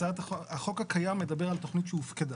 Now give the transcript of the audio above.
החוק הקיים מדבר על תכנית שהופקדה.